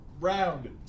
round